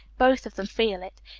both of them feel it.